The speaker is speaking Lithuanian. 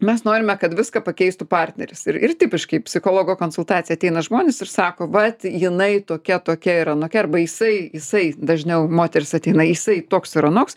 mes norime kad viską pakeistų partneris ir ir tipiškai psichologo konsultaciją ateina žmonės ir sako vat jinai tokia tokia ir anokia arba jisai jisai dažniau moterys ateina jisai toks ir anoks